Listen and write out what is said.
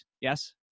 yes